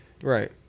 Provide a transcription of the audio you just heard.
Right